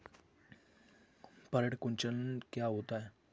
पर्ण कुंचन क्या होता है?